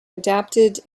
adapted